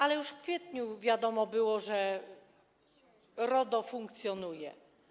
Jednak już w kwietniu wiadomo było, że RODO funkcjonuje.